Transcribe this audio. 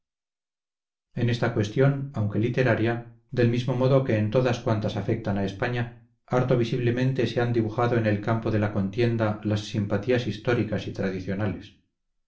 en esta cuestión aunque literaria del mismo modo que en todas cuantas afectan a españa harto visiblemente se han dibujado en el campo de la contienda las simpatías históricas y tradicionales